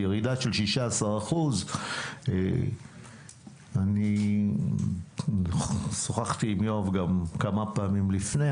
ירידה של 16%. אני שוחחתי גם עם יואב כמה פעמים לפני,